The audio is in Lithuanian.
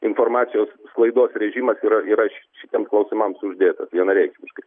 informacijos sklaidos režimas yra yra šitiems klausimams uždėtas vienareikšmiškai